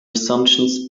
assumptions